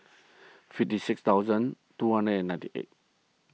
fifty six thousand two hundred and ninety eight